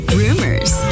rumors